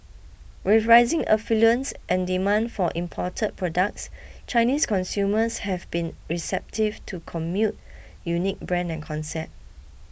with rising affluence and demand for imported products Chinese consumers have been receptive to Commune's unique brand and concept